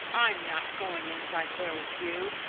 i'm not going inside there with you,